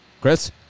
Chris